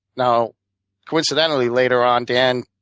now coincidentally, later on, dan